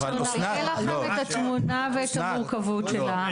אנחנו נראה לכם את התמונה ואת המורכבות שלה.